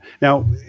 Now